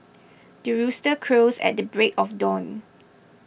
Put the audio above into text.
the rooster crows at the break of dawn